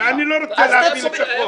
אני לא רוצה להפיל את החוק.